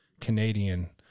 Canadian